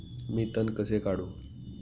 मी तण कसे काढू?